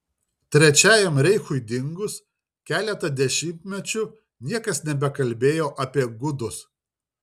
trečiajam reichui dingus keletą dešimtmečių niekas nebekalbėjo apie gudus